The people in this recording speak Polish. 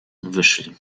wyszli